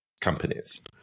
companies